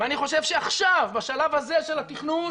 אני חושב שעכשיו בשלב הזה של התכנון,